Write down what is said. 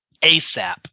ASAP